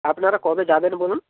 আপনারা কবে যাবেন বলুন